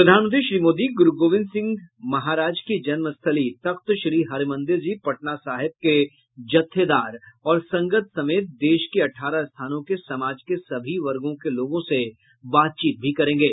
प्रधानमंत्री श्री मोदी गुरू गोविंद सिंह महाराज की जन्म स्थली तख्त श्री हरिमंदिर जी पटना साहिब के जत्थेदार और संगत समेत देश के अठारह स्थानों के समाज के सभी वर्गों के लोगों से बातचीत भी करेंगे